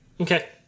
Okay